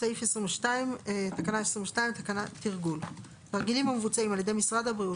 תרגול 22. תרגילים המבוצעים על ידי משרד הבריאות,